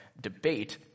debate